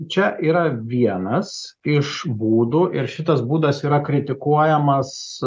čia yra vienas iš būdų ir šitas būdas yra kritikuojamas